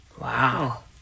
Wow